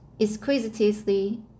exquisitely